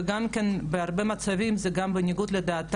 כלום, שום דבר.